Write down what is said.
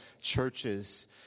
churches